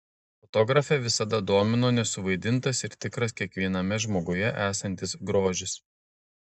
fotografę visada domino nesuvaidintas ir tikras kiekviename žmoguje esantis grožis